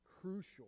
crucial